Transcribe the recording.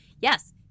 Yes